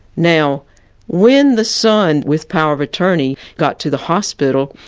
now when the son with power of attorney got to the hospital,